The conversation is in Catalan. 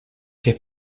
que